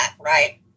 right